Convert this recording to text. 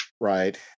right